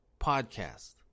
podcast